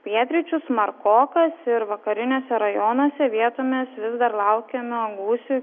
pietryčių smarkokas ir vakariniuose rajonuose vietomis vis dar laukiame gūsių